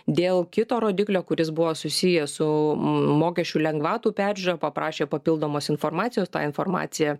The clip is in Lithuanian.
dėl kito rodiklio kuris buvo susijęs su mokesčių lengvatų peržiūra paprašė papildomos informacijos tą informaciją